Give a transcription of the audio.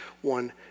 one